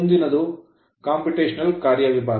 ಮುಂದಿನದು computational computational ಕಾರ್ಯವಿಧಾನ